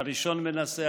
הראשון מנסה,